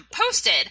posted